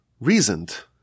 reasoned